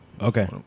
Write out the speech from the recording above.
okay